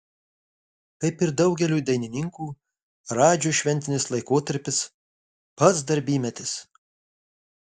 kaip ir daugeliui dainininkų radžiui šventinis laikotarpis pats darbymetis